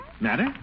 Matter